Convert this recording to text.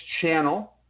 channel